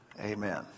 Amen